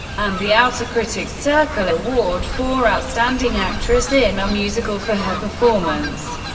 and the outer critics circle award for outstanding actress in a musical for her performance.